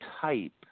type